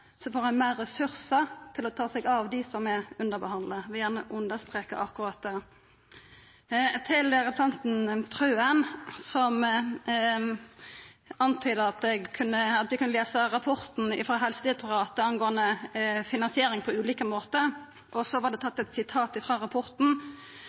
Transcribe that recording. får ein meir ressursar til å ta seg av dei som er underbehandla. Eg vil gjerne streka under akkurat det. Til representanten Wilhelmsen Trøen, som antydar at ein kunne lesa rapporten frå Helsedirektoratet om finansiering på ulike måtar, og